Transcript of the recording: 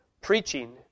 preaching